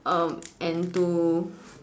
um and to